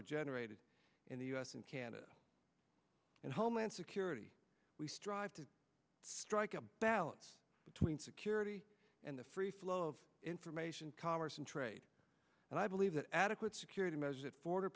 are generated in the u s and canada and homeland security we strive to strike a balance between security and the free flow of information commerce and trade and i believe that adequate security measures at bor